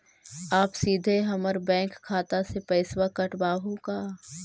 आप सीधे हमर बैंक खाता से पैसवा काटवहु का?